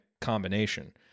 combination